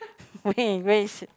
where where is